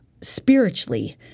spiritually